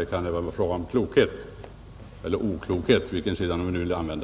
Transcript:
Det kan också gälla klokhet — eller oklokhet, beroende på vilken sida man nu vill se